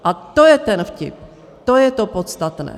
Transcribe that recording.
A to je ten vtip, to je to podstatné.